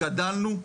גדלנו,